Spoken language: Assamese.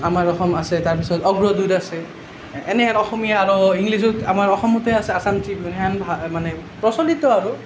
আমাৰ অসম আছে তাৰ পিছত অগ্ৰদূত আছে এনেকৈ অসমীয়া আৰু ইংলিছত আমাৰ অসমতে আছে আছাম ট্ৰিবিউন হেন মানে প্ৰচলিত আৰু